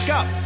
up